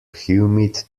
humid